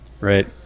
right